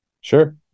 sure